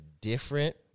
different